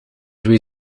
wie